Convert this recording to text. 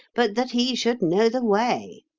but that he should know the way.